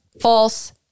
false